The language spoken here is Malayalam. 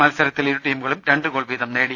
മത്സരത്തിൽ ഇരു ടീമുകളും രണ്ടുഗോൾ വീതം നേടി